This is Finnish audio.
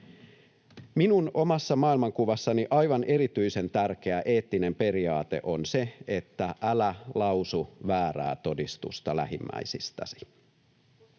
Minun omassa maailmankuvassani aivan erityisen tärkeä eettinen periaate on se, että älä lausu väärää todistusta lähimmäisistäsi.